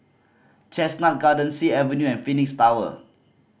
Chestnut Gardens Sea Avenue and Phoenix Tower